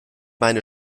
meine